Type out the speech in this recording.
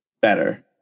better